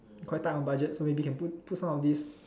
quite tight on budget so maybe can put put some of this